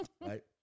right